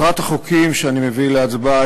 (תיקון מס' 15). מטרת החוקים שאני מביא להצבעה